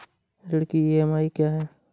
ऋण की ई.एम.आई क्या है?